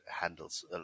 handles